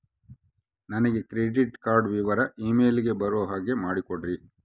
ನನಗೆ credit card ವಿವರ email ಗೆ ಬರೋ ಹಾಗೆ ಮಾಡಿಕೊಡ್ರಿ?